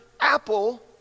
apple